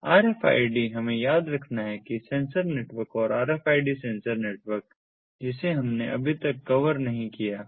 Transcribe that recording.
RFID हमें याद रखना है कि सेंसर नेटवर्क और RFID सेंसर नेटवर्क जिसे हमने अभी तक कवर नहीं किया है